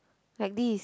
like this